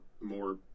more